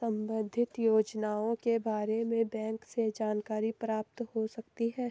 संबंधित योजनाओं के बारे में बैंक से जानकारी प्राप्त हो सकती है?